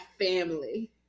family